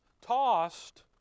Tossed